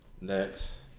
next